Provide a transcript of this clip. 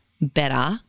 better